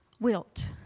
Wilt